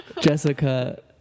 Jessica